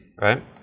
right